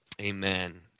amen